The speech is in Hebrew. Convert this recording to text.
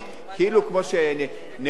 כמו נכות,